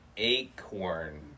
Acorn